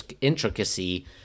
intricacy